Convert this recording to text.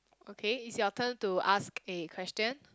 okay is your turn to ask a question